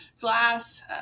Glass